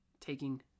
taking